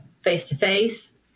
face-to-face